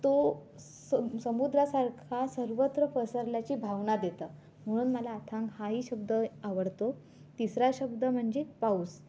तो स समुद्रासारखा सर्वत्र पसरल्याची भावना देतं म्हणून मला अथांग हाही शब्द आवडतो तिसरा शब्द म्हणजे पाऊस